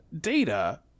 Data